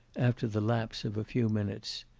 after the lapse of a few minutes,